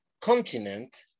continent